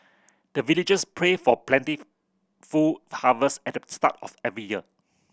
the villagers pray for plentiful harvest at the start of every year